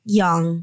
young